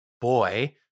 boy